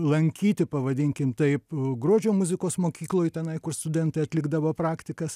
lankyti pavadinkim taip gruodžio muzikos mokykloj tenai kur studentai atlikdavo praktikas